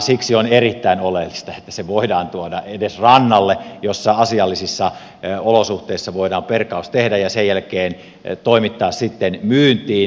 siksi on erittäin oleellista että se voidaan tuoda edes rannalle jossa asiallisissa olosuhteissa voidaan perkaus tehdä ja sen jälkeen toimittaa myyntiin